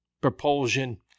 propulsion